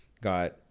got